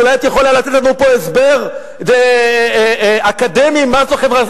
אולי את יכולה לתת לנו פה הסבר אקדמי מה זה?